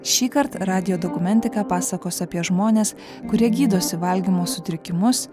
šįkart radijo dokumentika pasakos apie žmones kurie gydosi valgymo sutrikimus